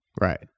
Right